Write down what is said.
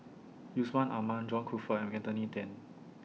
Yusman Aman John Crawfurd and Anthony Then